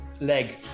leg